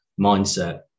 mindset